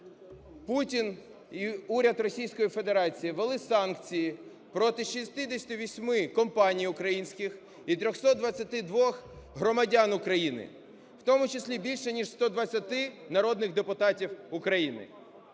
Путін і уряд Російської Федерації ввели санкції проти 68 компаній українських і 322 громадян України, в тому числі більш ніж 120 народних депутатів України.